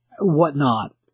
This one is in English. whatnot